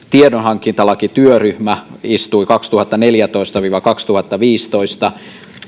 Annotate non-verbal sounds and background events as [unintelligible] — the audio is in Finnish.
[unintelligible] tiedonhankintalakityöryhmä istui kaksituhattaneljätoista viiva kaksituhattaviisitoista